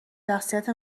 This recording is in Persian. شخصیت